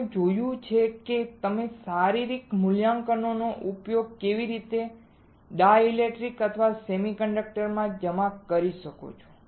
આપણે જોઈશું કે તમે શારીરિક મૂલ્યાંકન નો ઉપયોગ કરીને કેવી રીતે ડાઇલેક્ટ્રિક્સ અથવા સેમિકન્ડક્ટર્સ જમા કરી શકો છો